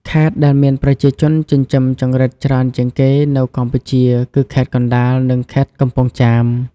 ខេត្តដែលមានប្រជាជនចិញ្ចឹមចង្រិតច្រើនជាងគេនៅកម្ពុជាគឺ ខេត្តកណ្ដាល និង ខេត្តកំពង់ចាម។